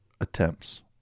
attempts